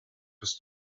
his